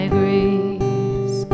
grace